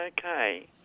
okay